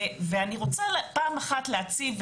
אני רוצה פעם אחת להציב,